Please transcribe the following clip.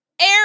Air